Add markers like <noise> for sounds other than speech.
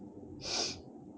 <noise>